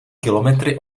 kilometry